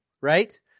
right